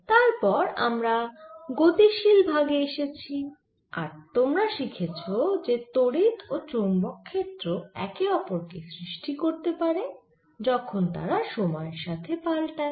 তারপর আমরা গতিশীল ভাগে এসেছি আর তোমরা শিখেছ যে তড়িৎ ও চৌম্বক ক্ষেত্র একে অপরকে সৃষ্টি করতে পারে যখন তারা সময়ের সাথে পাল্টায়